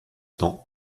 temps